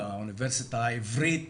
לאוניברסיטה העברית,